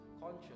conscious